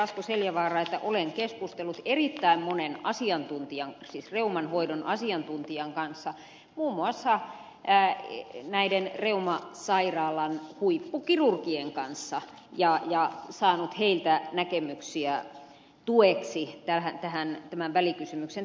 asko seljavaara että olen keskustellut erittäin monen reuman hoidon asiantuntijan kanssa muun muassa näiden reuman sairaalan huippukirurgien kanssa ja saanut heiltä näkemyksiä tämän välikysymyksen tekemisen tueksi